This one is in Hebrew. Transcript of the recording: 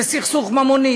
זה סכסוך ממוני